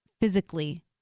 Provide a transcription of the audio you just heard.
physically